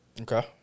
Okay